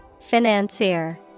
Financier